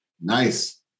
nice